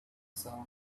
sound